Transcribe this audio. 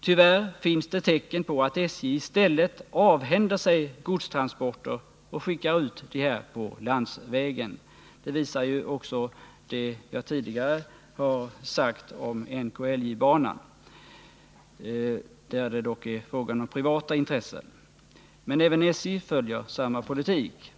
Tyvärr finns det tecken som tyder på att SJ i stället avhänder sig godstransporter och skickar ut dessa på landsvägen. Jag har tidigare talat om NKIJ-banan, där det rör sig om privata intressen, men SJ följer samma politik.